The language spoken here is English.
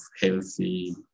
healthy